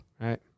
Right